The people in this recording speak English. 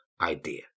idea